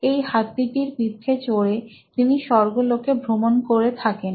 এই হাতিটির পিঠে চড়ে তিনি স্বর্গলোকে ভ্রমণ করে থাকেন